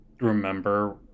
remember